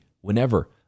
whenever